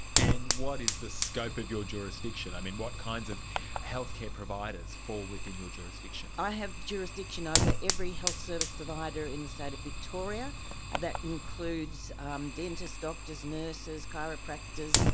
and what is the scope of your jurisdiction? i mean what kinds of healthcare providers fall within your jurisdiction? i have jurisdiction over ah every health service provider in the state of victoria. and that includes dentists, doctors, nurses, chiropractors,